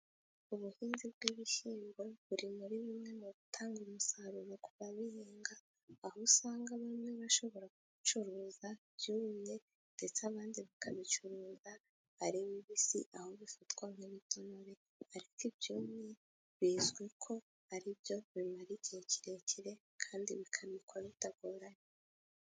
Ubuhinzi bw'ibishyimbo, buri muri bimwe mu bitanga umusaruro ku babihinga, aho usanga bamwe bashobora gubicuruza byumye, ndetse abandi bakabicuruza ari bibisi, aho bifatwa nk'ibitonore, ariko ibyumye bizwi ko ari byo bimara igihe kirekire, kandi bikabikwa bitagoranye.